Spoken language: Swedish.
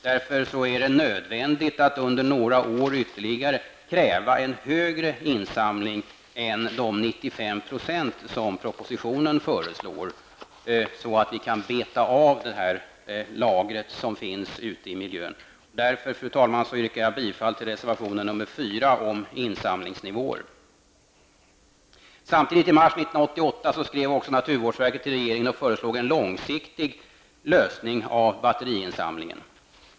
Därför är det nödvändigt att under några år ytterligare kräva en högre insamlingsnivå än de 95 % som propositionen föreslår, så att vi kan beta av det som finns lagrat. Fru talman! Jag yrkar därför bifall till reservation 4 Samtidigt skrev naturvårdsverket i mars 1988 till regeringen och föreslog en långsiktig lösning av batteriinsamlingen.